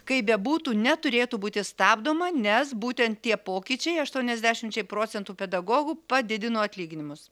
kaip bebūtų neturėtų būti stabdoma nes būtent tie pokyčiai aštuoniasdešimčiai procentų pedagogų padidino atlyginimus